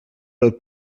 pel